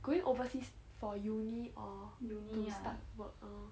going overseas for uni or to start work oh